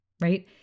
right